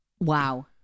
wow